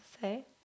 say